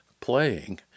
playing